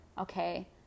okay